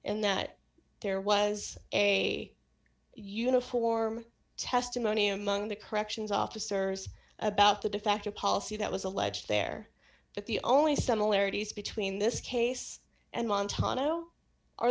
and that there was a uniform testimony among the corrections officers about the de facto policy that was alleged there that the only similarities between this case and montana o